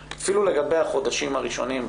אפילו לגבי החודשים הראשונים,